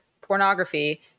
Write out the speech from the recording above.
pornography